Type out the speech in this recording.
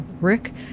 rick